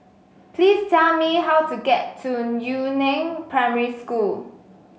please tell me how to get to Yu Neng Primary School